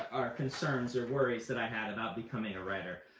or concerns, or worries that i had about becoming a writer.